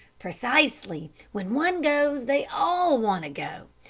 precisely when one goes they all want to go,